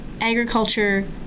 agriculture